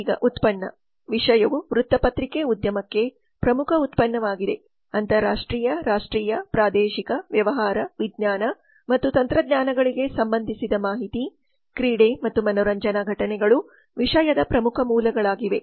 ಈಗ ಉತ್ಪನ್ನ ವಿಷಯವು ವೃತ್ತಪತ್ರಿಕೆ ಉದ್ಯಮಕ್ಕೆ ಪ್ರಮುಖ ಉತ್ಪನ್ನವಾಗಿದೆ ಅಂತರರಾಷ್ಟ್ರೀಯ ರಾಷ್ಟ್ರೀಯ ಪ್ರಾದೇಶಿಕ ವ್ಯವಹಾರ ವಿಜ್ಞಾನ ಮತ್ತು ತಂತ್ರಜ್ಞಾನಗಳಿಗೆ ಸಂಬಂಧಿಸಿದ ಮಾಹಿತಿ ಕ್ರೀಡೆ ಮತ್ತು ಮನರಂಜನಾ ಘಟನೆಗಳು ವಿಷಯದ ಪ್ರಮುಖ ಮೂಲಗಳಾಗಿವೆ